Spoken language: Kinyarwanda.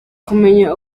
kumenya